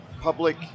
public